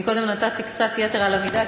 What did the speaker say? קודם נתתי קצת יתר על המידה,